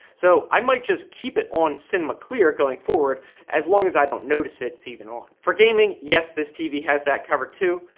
so i might just keep it on cinema clear going forward so long as i don't notice it's even on. for gaming, yes this tv has that covered too.